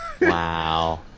Wow